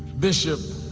bishop